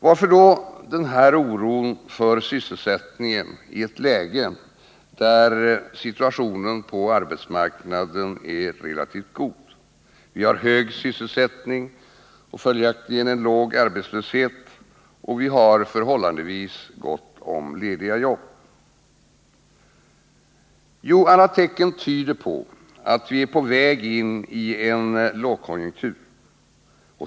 Varför då den här oron för sysselsättningen i ett läge där situationen på arbetsmarknaden är relativt god? Vi har hög sysselsättning och följaktligen låg arbetslöshet, och vi har förhållandevis gott om lediga jobb. Jo, alla tecken tyder på att vi är på väg in i en lågkonjunktur.